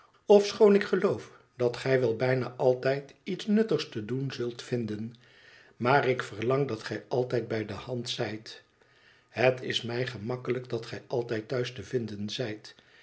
ofschoon ik geloof dat gij wel bijna altijd iets nuttigs te doen zult vinden maar ik verlang dat gij altijd bij de hand zijt het is mij gemakkelijk dat gij altijd thuis te vinden zijt